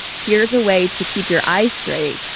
here's a way to keep your eye straight.